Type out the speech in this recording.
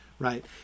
Right